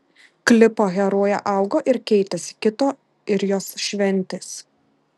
klipo herojė augo ir keitėsi kito ir jos šventės